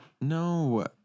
No